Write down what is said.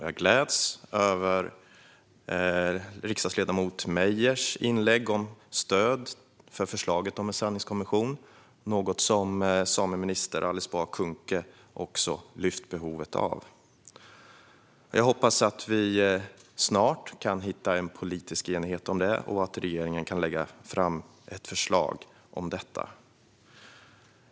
Jag gläds över riksdagsledamoten Meijers inlägg om förslaget om en sanningskommission, något som sameminister Alice Bah Kuhnke också har lyft fram behovet av. Jag hoppas att vi snart kan hitta politisk enighet om detta och att regeringen kan lägga fram ett förslag om detta.